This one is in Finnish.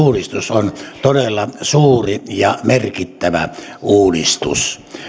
on todella suuri ja merkittävä uudistus